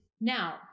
Now